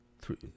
three